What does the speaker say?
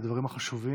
על הדברים החשובים,